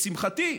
לשמחתי,